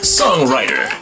songwriter